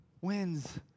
wins